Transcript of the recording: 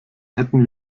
hätten